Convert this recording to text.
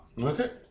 okay